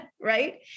right